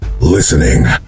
listening